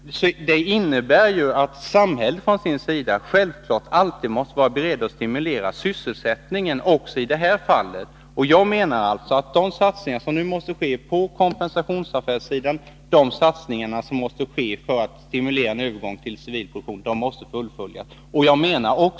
Samhället måste självfallet alltid vara berett att stimulera sysselsättningen också i detta fall. De satsningar som nu måste ske på kompensationsaffärssidan för att stimulera en övergång till civil produktion måste fullföljas.